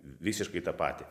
visiškai tą patį